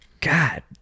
God